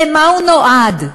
למה הוא נועד?